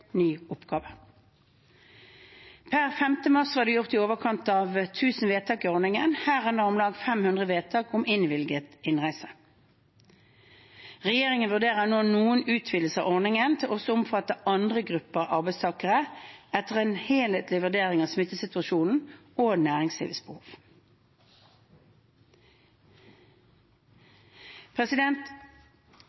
oppgave. Per 5. mars var det gjort i overkant av 1 000 vedtak i ordningen, herunder om lag 500 vedtak om innvilget innreise. Regjeringen vurderer nå noen utvidelser av ordningen til også å omfatte andre grupper arbeidstakere etter en helhetlig vurdering av smittesituasjonen og næringslivets behov.